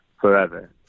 forever